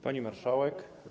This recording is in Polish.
Pani Marszałek!